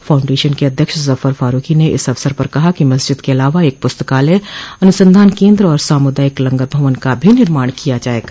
foundation के अध्यक्ष जफर फारूखी ने इस अवसर पर कहा कि मस्जिद के अलावा एक पुस्तकालय अनुसंधान केंद्र और सामुदायिक लंगर भवन का भी निर्माण किया जाएगा